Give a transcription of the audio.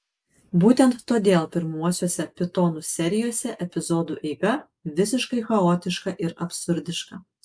būtent todėl pirmuosiuose pitonų serijose epizodų eiga visiškai chaotiška ir absurdiška